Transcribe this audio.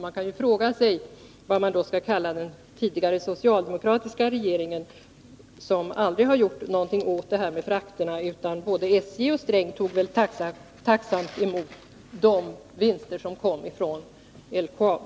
Man kan fråga sig vad man då skall kalla den tidigare socialdemokratiska regeringen, som aldrig gjort något åt frakterna. Både SJ och Gunnar Sträng tog väl tacksamt emot de vinster som kom från LKAB.